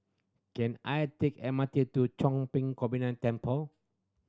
can I take M R T to Chong Pang Combined Temple